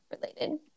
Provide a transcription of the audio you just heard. related